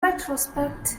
retrospect